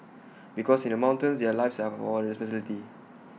because in the mountains their lives are our responsibility